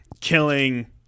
killing